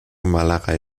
malerei